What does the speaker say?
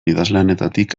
idazlanetatik